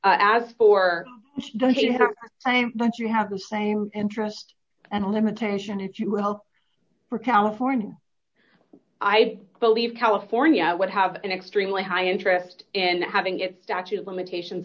as for the same time that you have the same interest and limitation if you hope for california i believe california would have an extremely high interest and having it statute of limitations